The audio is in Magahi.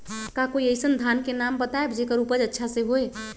का कोई अइसन धान के नाम बताएब जेकर उपज अच्छा से होय?